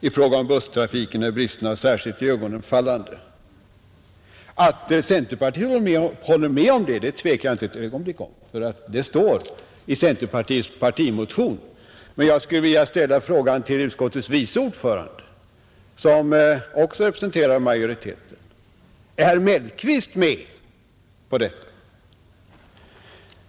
I fråga om busstrafiken är bristerna särskilt iögonenfallande, Att centerpartiet håller med om detta tvivlar jag inte ett ögonblick på ty det står i centerpartiets partimotion, men jag skulle vilja ställa frågan till utskottets vice ordförande, som också representerar majoriteten: Är herr Mellqvist med på det?